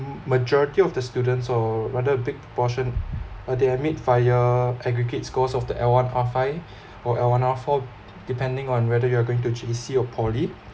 m~ the majority of the students or rather big portion uh they admit via aggregate scores of the L one R five or L one R four depending on whether you are going to J_C or poly